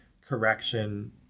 correction